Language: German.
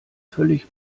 völlig